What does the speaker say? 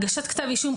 הגשת כתב אישום,